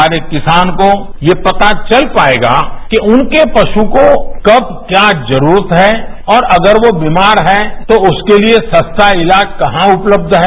हमारे किसान को ये पता चल पाएगा कि उनके पशु को कब क्या जरूरत है और अगर वोबीमार है तो उसके लिए सस्ता इलाज कहां उपलब्ध है